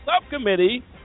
subcommittee